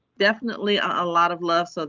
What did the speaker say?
definitely a lot of love so